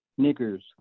niggers